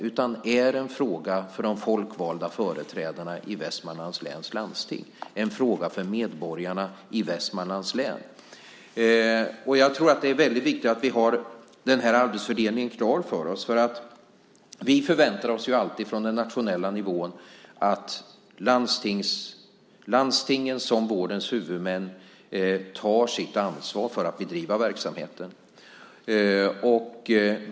Den frågan är en fråga för de folkvalda företrädarna i Västmanlands läns landsting, en fråga för medborgarna i Västmanlands län. Jag tror att det är väldigt viktigt att vi har den här arbetsfördelningen klar för oss. Vi på den nationella nivån förväntar oss alltid att landstingen som vårdens huvudmän tar sitt ansvar för att bedriva verksamheten.